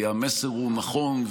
כי המסר הוא נכון,